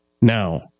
Now